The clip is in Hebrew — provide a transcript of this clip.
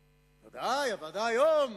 ודאי, הוועדה היום,